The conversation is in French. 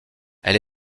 elle